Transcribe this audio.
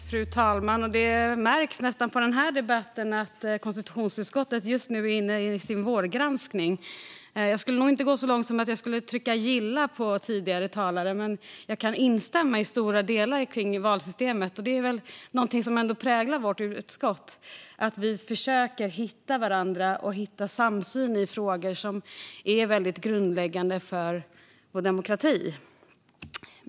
Fru talman! Det märks nästan på den här debatten att konstitutionsutskottet just nu är inne i sin vårgranskning. Jag skulle nog inte gå så långt som att trycka "gilla" på tidigare talare, men jag kan instämma i stora delar av vad de sagt om valsystemet. Det är väl något som präglar vårt utskott - vi försöker hitta varandra och hitta samsyn i frågor som är grundläggande för vår demokrati.